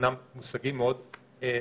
אומנם אלה מושגים מאוד רחבים,